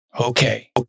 Okay